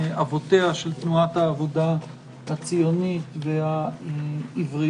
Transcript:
אבותיה של תנועת העבודה הציונית והעברית.